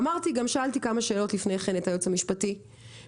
אמרתי גם ושאלתי כמה שאלות לפני כן את היועץ המשפטי ביחס